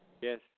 Yes